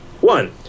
one